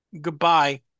goodbye